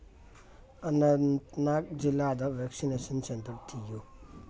ꯑꯅꯟꯇꯅꯥꯒ ꯖꯤꯂꯥꯗ vaccination centre ꯊꯤꯌꯨ